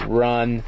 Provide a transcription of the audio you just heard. run